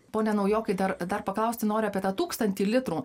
pone naujokai dar dar paklausti noriu apie tą tūkstantį litrų